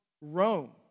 Rome